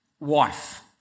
Wife